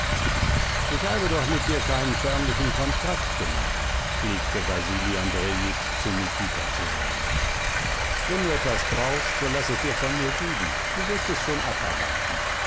ich habe doch mit dir keinen förmlichen kontrakt gemacht pflegte wasili andrejitsch zu nikita zu sagen wenn du etwas brauchst so laß es dir von mir geben du wirst es schon abarbeiten